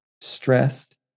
stressed